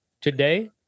Today